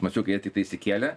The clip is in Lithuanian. mačiau kai jie tiktai įsikėlė